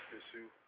issue